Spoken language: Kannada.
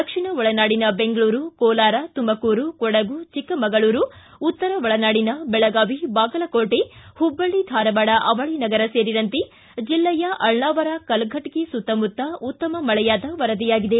ದಕ್ಷಿಣ ಒಳನಾಡಿನ ಬೆಂಗಳೂರು ಕೋಲಾರ ತುಮಕೂರು ಕೊಡಗು ಚಿಕ್ಕಮಗಳೂರು ಉತ್ತರ ಒಳನಾಡಿನ ಬೆಳಗಾವಿ ಬಾಗಲಕೋಟೆ ಹುಬ್ಲಳ್ಳಿ ಧಾರವಾಡ ಅವಳಿ ನಗರ ಸೇರಿದಂತೆ ಜಿಲ್ಲೆಯ ಅಳ್ನಾವರ್ ಕಲಘಟಗಿ ಸುತ್ತಮುತ್ತ ಉತ್ತಮ ಮಳೆಯಾದ ವರದಿಯಾಗಿದೆ